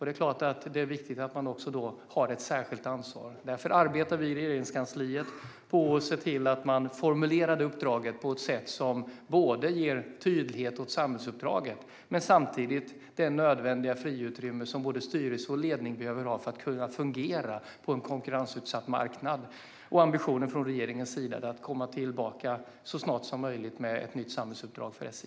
Det är klart att det är viktigt att man då har ett särskilt ansvar. Därför arbetar vi i Regeringskansliet för att se till att man formulerar uppdraget på ett sätt som ger tydlighet åt samhällsuppdraget. Det gäller också det nödvändiga handlingsutrymme som både styrelse och ledning behöver ha för att kunna fungera på en konkurrensutsatt marknad. Ambitionen från regeringen är att komma tillbaka så snart som möjligt med ett nytt samhällsuppdrag för SJ.